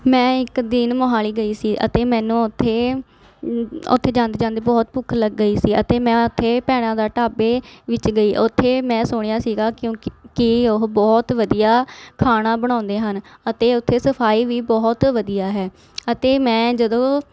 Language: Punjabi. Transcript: ਮੈਂ ਇੱਕ ਦਿਨ ਮੋਹਾਲੀ ਗਈ ਸੀ ਅਤੇ ਮੈਨੂੰ ਉੱਥੇ ਉੱਥੇ ਜਾਂਦੇ ਜਾਂਦੇ ਬਹੁਤ ਭੁੱਖ ਲੱਗ ਗਈ ਸੀ ਅਤੇ ਮੈਂ ਉੱਥੇ ਭੈਣਾਂ ਦਾ ਢਾਬੇ ਵਿੱਚ ਗਈ ਉੱਥੇ ਮੈਂ ਸੁਣਿਆ ਸੀਗਾ ਕਿਉਂਕਿ ਕਿ ਉਹ ਬਹੁਤ ਵਧੀਆ ਖਾਣਾ ਬਣਾਉਂਦੇ ਹਨ ਅਤੇ ਉੱਥੇ ਸਫ਼ਾਈ ਵੀ ਬਹੁਤ ਵਧੀਆ ਹੈ ਅਤੇ ਮੈਂ ਜਦੋਂ